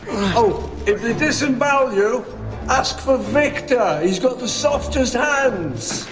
oh if they dissing value ask for victor he's got the softest hands.